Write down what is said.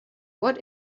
what